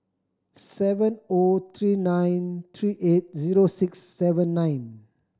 seven O three nine three eight zero six seven nine